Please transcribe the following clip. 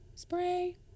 Spray